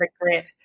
regret